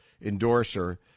endorser